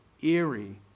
eerie